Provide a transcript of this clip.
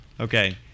Okay